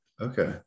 Okay